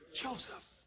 Joseph